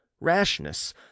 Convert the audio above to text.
rashness